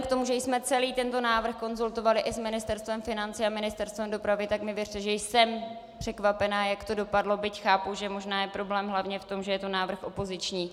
A vzhledem k tomu, že jsme celý tento návrh konzultovali i s Ministerstvem financí a Ministerstvem dopravy, tak mi věřte, že jsem překvapena, jak to dopadlo, byť chápu, že možná je problém hlavně v tom, že je to návrh opoziční.